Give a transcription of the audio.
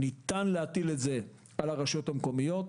להטיל על הרשויות המקומיות.